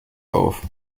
auf